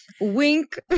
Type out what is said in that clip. Wink